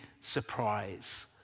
surprise